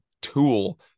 tool